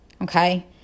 Okay